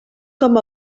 com